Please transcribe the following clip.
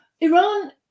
Iran